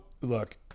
look